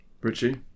Richie